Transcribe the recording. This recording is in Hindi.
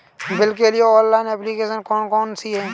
बिल के लिए ऑनलाइन एप्लीकेशन कौन कौन सी हैं?